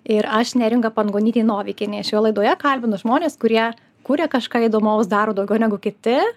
ir aš neringa pangonytė novikienė šioje laidoje kalbinau žmones kurie kuria kažką įdomaus daro daugiau negu kiti